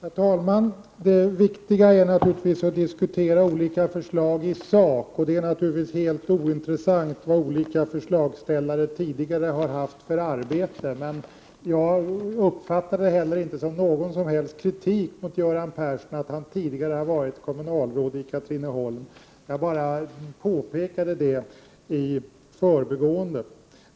Herr talman! Det viktiga är naturligtvis att diskutera olika förslag i sak. Det är givetvis helt ointressant vad olika förslagsställare tidigare har haft för arbete. Jag uppfattar det heller inte som någon som helst kritik mot Göran Persson att han tidigare har varit kommunalråd i Katrineholm — jag bara påpekade det i förbigående.